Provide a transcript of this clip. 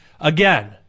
again